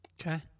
okay